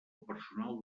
personal